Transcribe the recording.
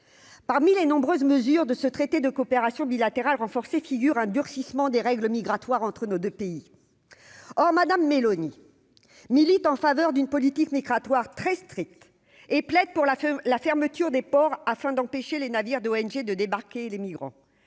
parmi les nombreuses mesures de ce traité de coopération bilatérale renforcée figure un durcissement des règles migratoires entre nos 2 pays, or madame Meloni milite en faveur d'une politique migratoire très strict et plaide pour la fin : la fermeture des ports afin d'empêcher les navires d'ONG, de débarquer les migrants,